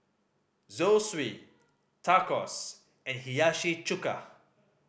Zosui Tacos and Hiyashi Chuka